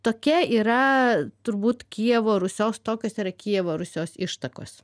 tokia yra turbūt kijevo rusios tokios yra kijevo rusios ištakos